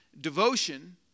Devotion